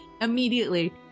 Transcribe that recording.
immediately